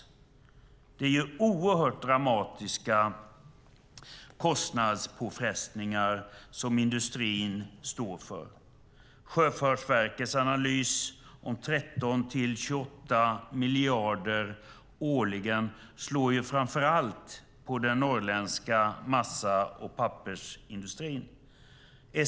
Det är oerhört dramatiska kostnadspåfrestningar som industrin drabbas av. Sjöfartsverkets analys som visar på 13-28 miljarder årligen slår framför allt mot den norrländska massa och pappersindustrin.